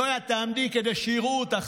נויה, תעמדי, כדי שיראו אותך.